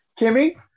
kimmy